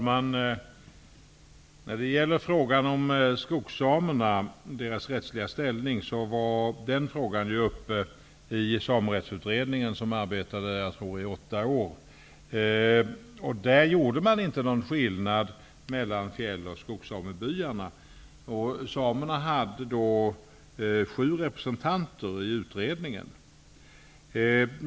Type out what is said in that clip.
Herr talman! Frågan om skogssamernas rättsliga ställning togs upp av Samerättsutredningen, som arbetade i åtta år. Där gjorde man inte någon skillnad mellan fjäll och skogssamebyarna. Samerna hade sju representanter i utredningen.